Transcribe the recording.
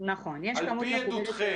על פי עדותכם,